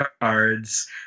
cards